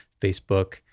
facebook